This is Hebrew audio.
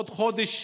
עוד חודש